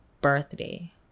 birthday